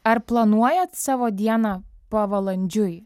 ar planuojat savo dieną pavalandžiui